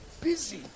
busy